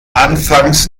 anfangs